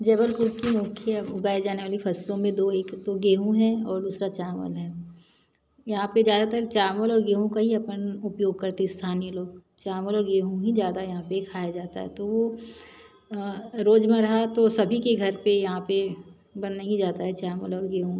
जबलपुर की मुख्य उगाए जाने वाली फ़सलों में दो एक तो गेहूँ है और दूसरा चावल है यहाँ पर ज़्यादातर चावल और गेहूँ का ही अपन उपयोग करते स्थानीय लोग चावल और गेहूँ ही ज़्यादा यहाँ पे खाया जाता है तो वो रोज़मर्रा तो सभी के घर पर यहाँ पर बन ही जाता है चावल और गेहूँ